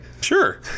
Sure